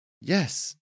Yes